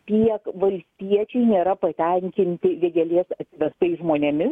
tiek valstiečiai nėra patenkinti vėgėlės atvestais žmonėmis